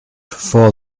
for